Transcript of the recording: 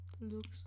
looks